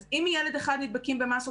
אז אם מילד אחד נדבקים במסות,